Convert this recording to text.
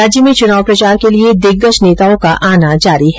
राज्य में चुनाव प्रचार के लिए दिग्गज नेताओं का आना जारी है